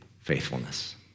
faithfulness